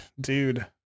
dude